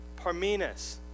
Parmenas